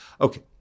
Okay